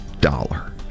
dollar